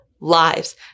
lives